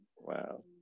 Wow